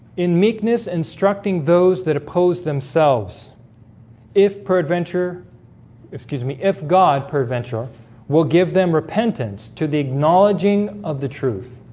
in meekness instructing those that oppose themselves if peradventure excuse me. if god peradventure will give them repentance to the acknowledging of the truth